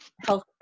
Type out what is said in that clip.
health